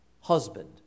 husband